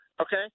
okay